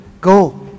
go